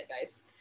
guys